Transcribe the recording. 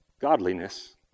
godliness